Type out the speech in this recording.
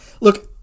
Look